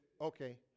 okay